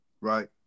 Right